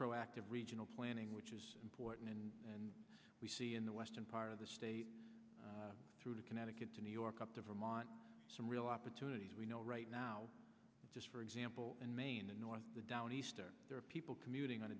proactive regional planning which is important and we see in the western part of the state through connecticut to new york up to vermont some real opportunities we know right now just for example in maine the north the downeaster there are people commuting on